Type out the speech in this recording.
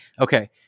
Okay